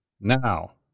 Now